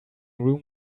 room